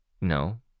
No